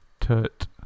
tut